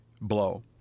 blow